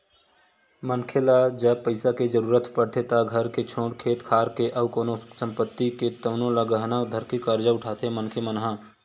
मनखे ल जब पइसा के जरुरत पड़थे त घर के छोड़े खेत खार के अउ कोनो संपत्ति हे तउनो ल गहना धरके करजा उठाथे मनखे मन ह